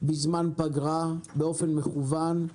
בזמן פגרה באופן מכוון.